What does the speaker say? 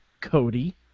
Cody